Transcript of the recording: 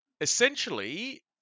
essentially